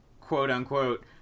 quote-unquote